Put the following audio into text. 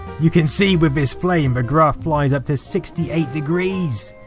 you can see with this flame, the graph flies up to sixty eight degrees,